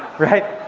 right?